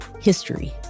history